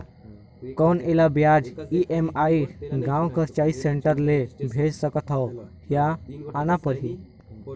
कौन एला ब्याज ई.एम.आई गांव कर चॉइस सेंटर ले भेज सकथव या आना परही?